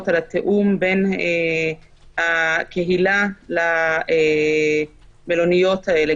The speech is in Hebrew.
על התיאום בין הקהילה למלוניות האלה,